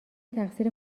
تقصیر